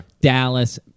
Dallas